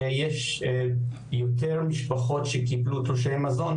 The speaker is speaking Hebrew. יש יותר משפחות שקיבלו תלושי מזון,